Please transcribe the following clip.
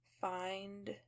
find